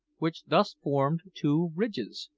which thus formed two ridges,